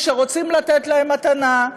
כשרוצים לתת להם מתנה,